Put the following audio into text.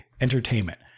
Entertainment